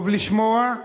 טוב לשמוע,